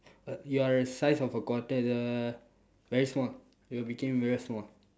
a you are a size of a quarter the very small you'll became very small